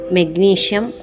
Magnesium